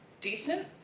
decent